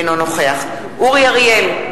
אינו נוכח אורי אריאל,